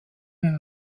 mehr